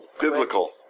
Biblical